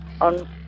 on